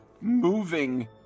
moving